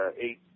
eight